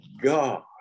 God